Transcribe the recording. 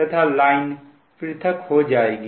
तथा लाइन पृथक हो जाएगी